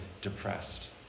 depressed